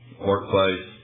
workplace